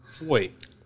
Wait